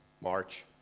march